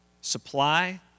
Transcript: supply